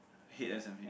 I hate s_m_h